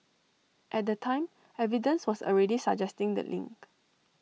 at the time evidence was already suggesting the link